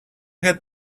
had